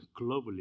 globally